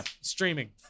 Streaming